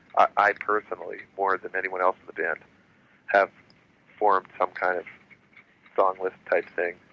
i personally more than anyone else in the band have formed some kind of song list type thing.